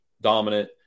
dominant